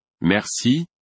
Merci